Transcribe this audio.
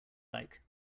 like